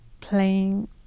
playing